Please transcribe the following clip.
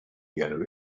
yellow